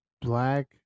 black